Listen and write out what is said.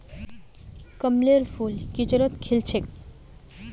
कमलेर फूल किचड़त खिल छेक